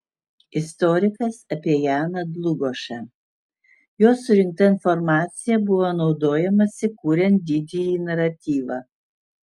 istorikas apie janą dlugošą jo surinkta informacija buvo naudojamasi kuriant didįjį naratyvą